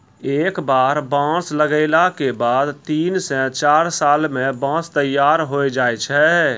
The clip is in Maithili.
एक बार बांस लगैला के बाद तीन स चार साल मॅ बांंस तैयार होय जाय छै